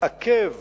יעכב